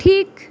ঠিক